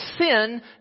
sin